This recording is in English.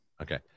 okay